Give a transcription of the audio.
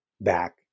back